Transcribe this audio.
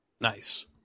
Nice